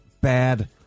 bad